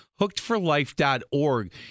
Hookedforlife.org